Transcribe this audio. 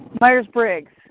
Myers-Briggs